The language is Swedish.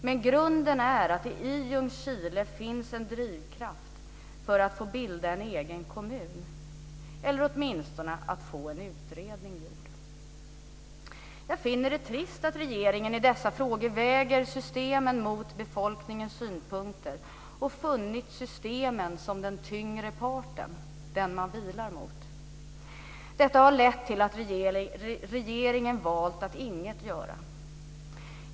Men grunden är att det i Ljungskile finns en drivkraft för att få bilda en egen kommun - eller åtminstone för att få en utredning gjord. Jag finner det trist att regeringen i dessa frågor väger systemen mot befolkningens synpunkter och att den har funnit systemen som den tyngre parten - den man vilar mot. Detta har lett till att regeringen valt att inget göra.